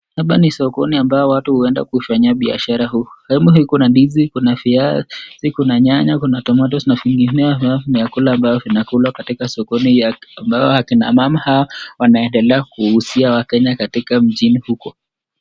Hapa ni sokoni ambao watu huenda kufanya biashara huu. Sehemu hii kuna ndizi, kuna viazi, kuna nyanya, kuna tomatoes na vingineo ambavyo ni vyakula ambavyo vinakulwa katika sokoni hii ambao akina mama hawa wanaendelea kuuzia wakenya katika mjini huko.